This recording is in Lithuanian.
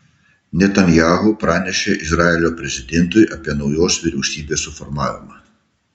netanyahu pranešė izraelio prezidentui apie naujos vyriausybės suformavimą